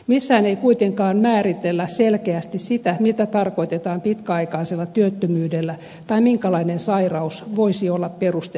missään ei kuitenkaan määritellä selkeästi sitä mitä tarkoitetaan pitkäaikaisella työttömyydellä tai minkälainen sairaus voisi olla peruste poikkeamiselle